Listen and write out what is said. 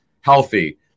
healthy